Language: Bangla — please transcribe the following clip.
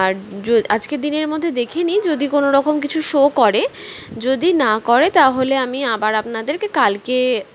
আর যো আজকের দিনের মধ্যে দেখি নিই যদি কোনোরকম কিছু শো করে যদি না করে তাহলে আমি আবার আপনাদেরকে কালকে